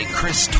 Chris